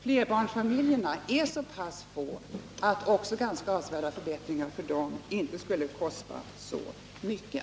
Flerbarnsfamiljerna är så få att också ganska avsevärda förbättringar för dem inte skulle kosta så mycket.